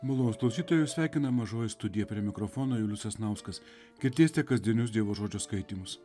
malonūs klausytojai jus sveikina mažoji studija prie mikrofono julius sasnauskas girdėsite kasdienius dievo žodžio skaitymus